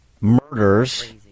murders